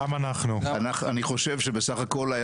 אני חושב שבסך הכל,